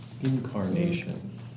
incarnation